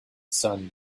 sun